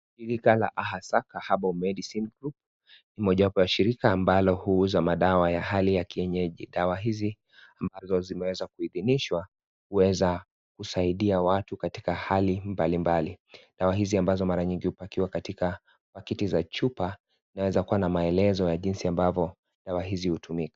Shirika la AHASAKA HERBAL MEDICINE GROUP. Mojawapo ya shirika ambalo huuza madawa ya hali ya kenyeji. Dawa hizi ambalo zimeweza kuidhinishwa kuweza kusaidia watu katika hali mbalimbali. Dawa hizi ambalo mara nyingi upakiwa katika pakiti za chupa. Yaweza kuwa na maelezo ya jinsi ambavyo dawa hizi hutumika.